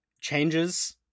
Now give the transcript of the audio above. changes